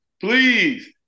please